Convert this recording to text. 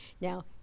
Now